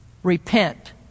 Repent